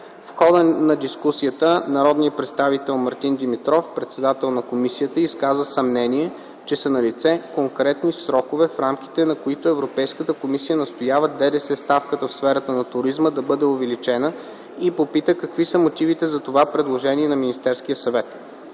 В хода на дискусията народния представител Мартин Димитров, председател на комисията, изказа съмнение, че са налице конкретни срокове, в рамките на които Европейската комисия настоява ДДС ставката в сферата на туризма да бъде увеличена и попита какви са мотивите за това предложение на Министерския съвет.